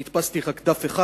אני הדפסתי רק דף אחד,